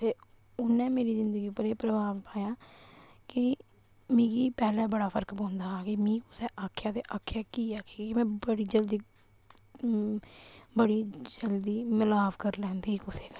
ते उन्नै मेरी जिंदगी उप्पर एह् प्रभाव पाएया कि मिगी पैह्ले बड़ा फर्क पौंदा कि मि कुसैं आक्खेआ ते आक्खेआ की ऐ कि के में बड़ी जल्दी बड़ी जल्दी मलाप करी लैंदी कुसै कन्नै बी